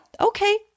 Okay